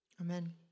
Amen